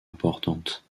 importante